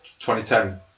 2010